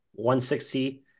160